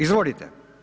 Izvolite.